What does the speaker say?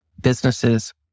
businesses